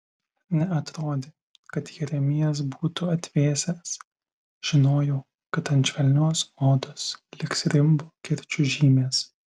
neatrodė kad jeremijas būtų atvėsęs žinojau kad ant švelnios odos liks rimbo kirčių žymės